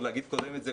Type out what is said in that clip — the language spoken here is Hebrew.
זה,